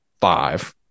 five